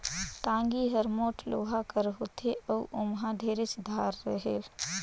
टागी हर मोट लोहा कर होथे अउ ओमहा ढेरेच धार रहेल